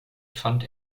fand